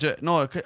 no